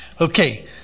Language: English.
Okay